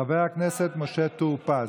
חבר הכנסת משה טור פז.